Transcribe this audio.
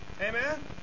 Amen